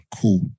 cool